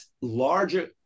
larger